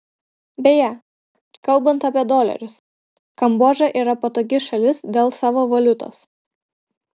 beje kalbant apie dolerius kambodža yra patogi šalis dėl savo valiutos